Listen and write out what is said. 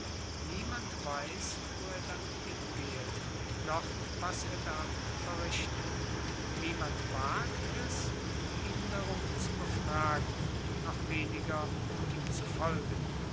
niemand weiß wo er dann hingehet noch was er da verrichtet niemand wagt es ihn darum zu befragen noch weniger ihm zu folgen